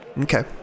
Okay